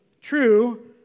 true